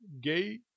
gay